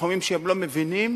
בתחומים שהם לא מבינים,